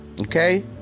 Okay